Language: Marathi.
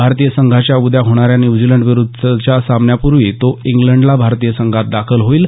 भारतीय संघाच्या उद्या होणाऱ्या न्यूझीलंडविरुद्धच्या सामन्यापूर्वी तो इंग्लंडला भारतीय संघात दाखल होईल